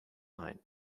line